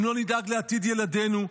אם לא נדאג לעתיד ילדינו,